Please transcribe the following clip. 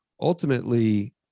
ultimately